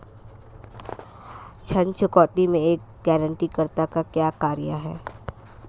ऋण चुकौती में एक गारंटीकर्ता का क्या कार्य है?